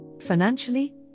Financially